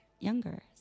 younger